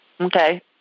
Okay